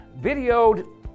videoed